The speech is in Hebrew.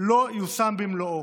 לא יושם במלואו.